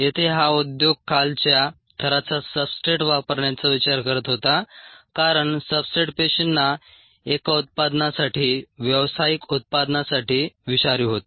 येथे हा उद्योग खालच्या थराचा सब्सट्रेट वापरण्याचा विचार करत होता कारण सब्सट्रेट पेशींना एका उत्पादनासाठी व्यावसायिक उत्पादनासाठी विषारी होते